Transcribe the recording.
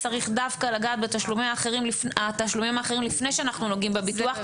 צריך דווקא לגעת בתשלומים האחרים לפני שאנחנו נוגעים בביטוח.